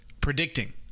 predicting